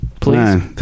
please